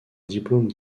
diplôme